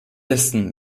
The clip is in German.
essen